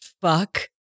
fuck